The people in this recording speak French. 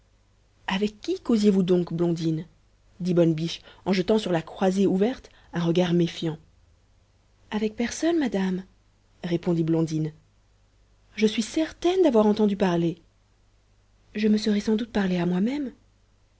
avec qui causiez vous donc blondine dit bonne biche en jetant sur la croisée ouverte un regard méfiant avec personne madame répondit blondine je suis certaine d'avoir entendu parler je me serai sans doute parlé à moi-même